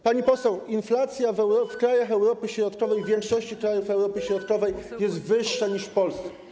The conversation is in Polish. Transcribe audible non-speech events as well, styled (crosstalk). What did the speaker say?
Pani poseł, (noise) inflacja w krajach Europy Środkowej, w większości krajów Europy Środkowej jest wyższa niż w Polsce.